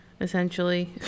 essentially